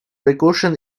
recursion